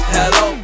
Hello